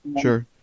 Sure